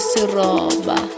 Siroba